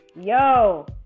Yo